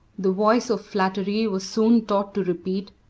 the voice of flattery was soon taught to repeat,